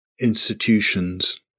institutions